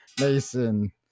Mason